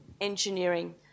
engineering